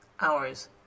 hours